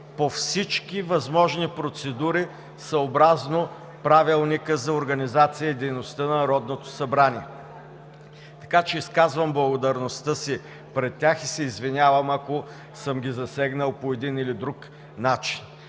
по всички възможни процедури съобразно Правилника за организацията и дейността на Народното събрание. Така че изказвам благодарността си пред тях и се извинявам, ако съм ги засегнал по един или друг начин.